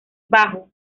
bajo